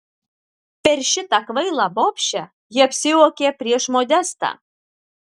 per šitą kvailą bobšę ji apsijuokė prieš modestą